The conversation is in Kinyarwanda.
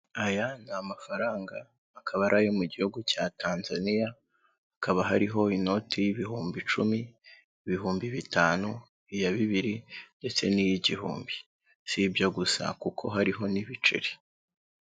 Aya n'amafaranga, akaba ari ayo mu gihugu cya Tanzania, hakaba hariho inoti y'ibihumbi icumi, ibihumbi bitanu, iya bibiri ndetse ni iy'igihumbi, si ibyo gusa kuko hariho n'ibiceri.